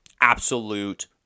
absolute